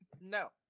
no